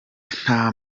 nta